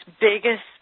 biggest